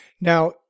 Now